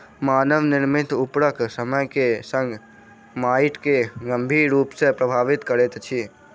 मानव निर्मित उर्वरक समय के संग माइट के गंभीर रूप सॅ प्रभावित करैत अछि